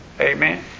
amen